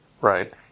Right